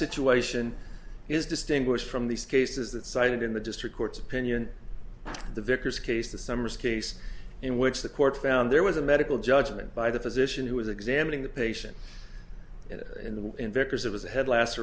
situation is distinguished from these cases that cited in the district court's opinion the vicar's case the summers case in which the court found there was a medical judgment by the physician who was examining the patient in the